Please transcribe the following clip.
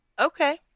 Okay